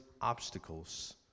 obstacles